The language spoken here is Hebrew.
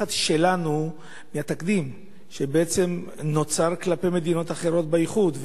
הפחד שלנו הוא מהתקדים שבעצם נוצר כלפי מדינות אחרות באיחוד,